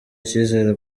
icyizere